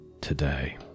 today